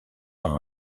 par